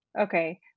okay